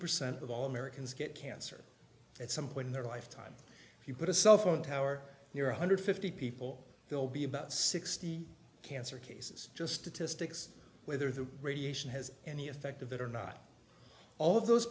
percent of all americans get cancer at some point in their lifetime if you put a cell phone tower near one hundred fifty people they'll be about sixty cancer cases just statistics whether the radiation has any effect of it or not all of those